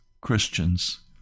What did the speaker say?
Christians